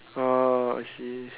orh I see